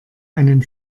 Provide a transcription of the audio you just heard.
einen